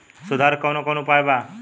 सुधार के कौन कौन उपाय वा?